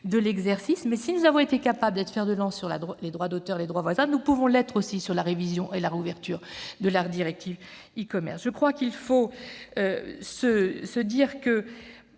de l'exercice. Mais si nous avons été capables d'être fer-de-lance sur les droits d'auteur et les droits voisins, nous pouvons l'être aussi sur la révision et la réouverture de la directive e-commerce. Disons-le, plaider